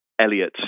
Elliot